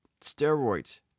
steroids